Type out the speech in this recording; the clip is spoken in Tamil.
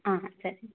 ஆ சரி